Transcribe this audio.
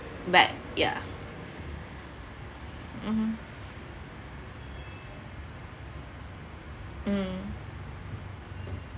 but yeah mmhmm mm